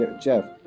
Jeff